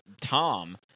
Tom